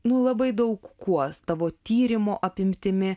nu labai daug kuotavo tyrimo apimtimi